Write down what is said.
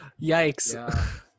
Yikes